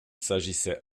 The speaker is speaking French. s’agissait